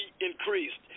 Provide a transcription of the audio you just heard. increased